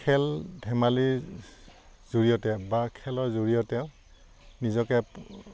খেল ধেমালিৰ জৰিয়তে বা খেলৰ জৰিয়তে নিজকে